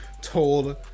told